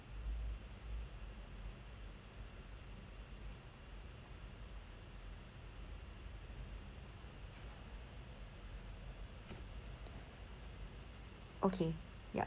okay ya